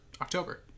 october